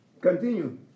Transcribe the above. continue